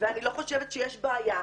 ואני לא חושבת שיש בעיה,